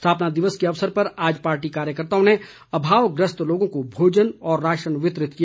स्थापना दिवस के अवसर पर आज पार्टी कार्यकर्ताओं ने अभाव ग्रस्त लोगों को भोजन और राशन वितरित किया